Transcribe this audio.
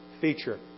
feature